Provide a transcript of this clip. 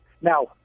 Now